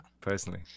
personally